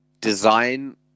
design